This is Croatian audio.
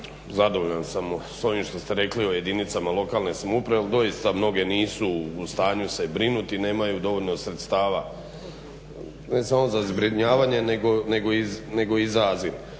zadovoljan sam sa ovim što ste rekli o jedinicama lokalne samouprave jer doista mnoge nisu u stanju se brinuti, nemaju dovoljno sredstava ne samo za zbrinjavanje nego i za azil.